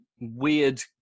weird